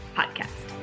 podcast